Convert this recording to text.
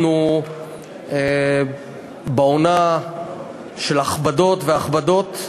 אנחנו בעונה של הכבדות והכבדות.